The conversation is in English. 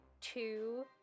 two